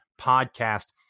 podcast